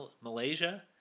Malaysia